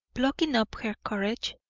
plucking up her courage,